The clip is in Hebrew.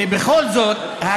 ובכל זאת,